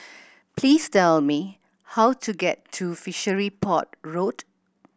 please tell me how to get to Fishery Port Road